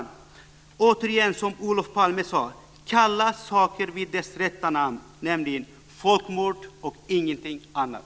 Låt oss återigen, som Olof Palme sade, kalla saker vid dess rätt namn, nämligen folkmord och ingenting annat.